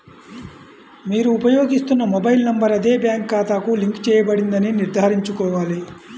మీరు ఉపయోగిస్తున్న mobile number అదే బ్యాంక్ ఖాతాకు లింక్ చేయబడిందని నిర్ధారించుకోవాలి